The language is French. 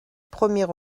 premier